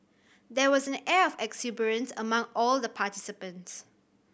there was an air of exuberance among all the participants